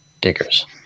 diggers